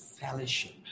fellowship